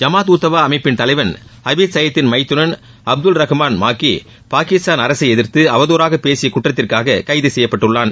ஜமாத் உத் தவா அமைப்பின் தலைவன் ஹபீஸ் சையதின் மைத்துனன் அப்துல் ரஹ்மான் மாக்கி பாகிஸ்தான் அரசை எதிர்த்து அவதுறாக பேசிய குற்றத்திற்காக கைதுசெய்யப்பட்டுள்ளான்